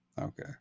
Okay